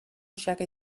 xake